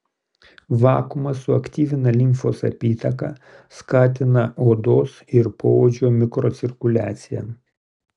vakuumas suaktyvina limfos apytaką skatina odos ir poodžio mikrocirkuliaciją